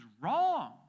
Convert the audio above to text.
wrong